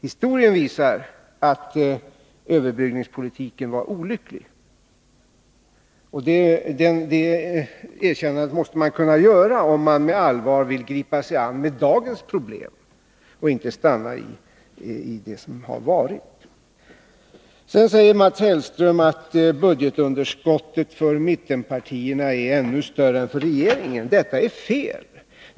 Historien visar att överbryggningspolitiken var olycklig. Det erkännandet måste man kunna göra, om man med allvar vill gripa sig an med dagens problem och inte stanna vid det som har varit. Mats Hellström säger också att mittenpartiernas budgetunderskott är ännu större än regeringens. Detta är fel!